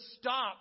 stop